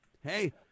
Hey